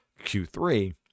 Q3